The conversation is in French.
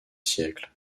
siècle